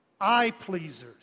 eye-pleasers